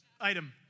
item